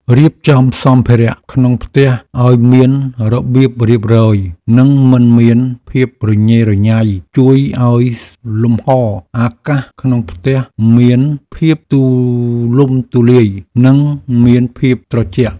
រៀបចំសម្ភារៈក្នុងផ្ទះឱ្យមានរបៀបរៀបរយនិងមិនមានភាពញ៉េរញ៉ៃជួយឱ្យលំហអាកាសក្នុងផ្ទះមានភាពទូលំទូលាយនិងមានភាពត្រជាក់។